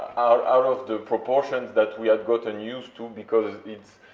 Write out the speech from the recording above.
out of the proportions that we have gotten used to, because it's,